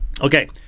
Okay